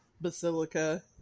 basilica